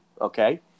okay